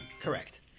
correct